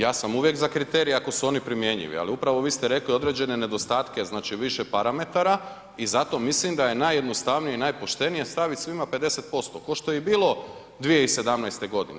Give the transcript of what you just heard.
Ja sam uvijek za kriterije ako su oni primjenjivi, ali upravo vi ste rekli određene nedostatke, znači više parametara i zato mislim da je najjednostavnije i najpoštenije staviti svima 50%, kao što je i bilo 2017. godine.